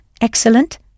excellent